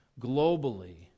Globally